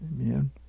Amen